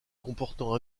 comportant